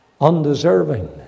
undeserving